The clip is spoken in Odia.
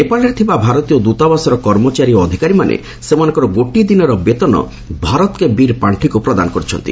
ନେପାଳରେ ଥିବା ଭାରତୀୟ ଦୂତାବାସର କର୍ମଚାରୀ ଓ ଅଧିକାରୀମାନେ ସେମାନଙ୍କର ଗୋଟିଏ ଦିନର ବେତନ 'ଭାରତ୍ କେ ବୀର୍' ପାଣ୍ଠିକୁ ପ୍ରଦାନ କରିଛନ୍ତି